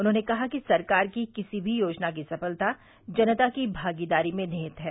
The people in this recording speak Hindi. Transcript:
उन्होंने कहा कि सरकार की किसी भी योजना की सफलता जनता की भागीदारी में निहित है